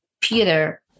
Peter